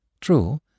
True